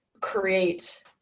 create